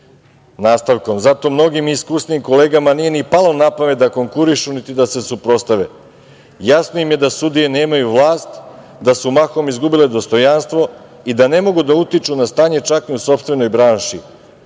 zato mnogim i iskusnijim kolegama nije palo na pamet da konkurišu niti da se suprotstave. Jasno im je da sudije nemaju vlast, da su mahom izgubile dostojanstvo i da ne mogu da utiču na stanje čak i u sopstvenoj branši,